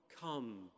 come